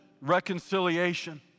reconciliation